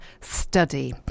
study